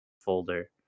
folder